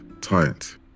tight